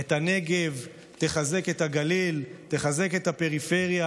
את הנגב, תחזק את הגליל, תחזק את הפריפריה,